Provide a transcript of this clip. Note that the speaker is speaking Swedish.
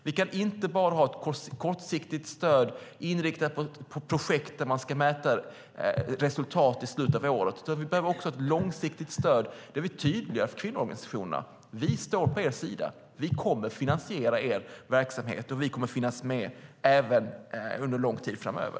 Vi kan inte bara ha ett kortsiktigt stöd inriktat på projekt där man ska mäta resultat i slutet av året, utan vi behöver också ett långsiktigt stöd där vi är tydliga gentemot kvinnoorganisationerna: Vi står på er sida. Vi kommer att finansiera er verksamhet och kommer att finnas med under lång tid framöver.